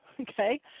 okay